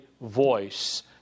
voice